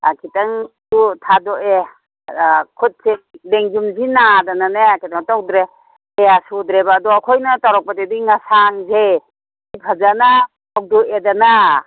ꯈꯤꯇꯪꯁꯨ ꯊꯥꯗꯣꯛꯑꯦ ꯈꯨꯠꯁꯦ ꯂꯦꯡꯖꯨꯝꯁꯤ ꯅꯥꯗꯅꯅꯦ ꯀꯩꯅꯣ ꯇꯧꯗ꯭ꯔꯦ ꯀꯌꯥ ꯁꯨꯗ꯭ꯔꯦꯕ ꯑꯗꯣ ꯑꯩꯈꯣꯏꯅ ꯆꯥꯎꯔꯛꯄꯗꯗꯤ ꯉꯁꯥꯡꯁꯦ ꯐꯖꯅ ꯐꯧꯗꯣꯛꯑꯦꯗꯅ